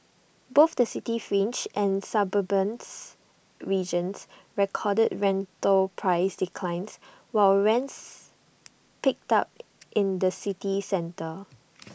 both the city fringe and suburbans regions recorded rental price declines while rents picked up in the city centre